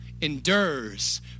endures